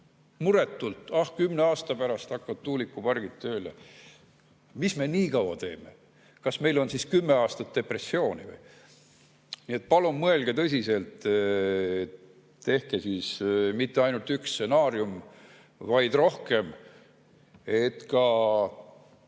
muretult: ah, kümne aasta pärast hakkavad tuulikupargid tööle. Mis me nii kaua teeme? Kas meil on siis kümme aastat depressiooni? Nii et palun mõelge tõsiselt! Tehke mitte ainult üks stsenaarium, vaid rohkem, et ka